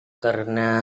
karena